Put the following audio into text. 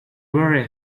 very